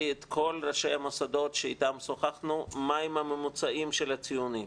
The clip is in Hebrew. את כל ראשי המוסדות שאיתם שוחחנו מה הם הממוצעים של הציונים,